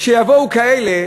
שיבואו כאלה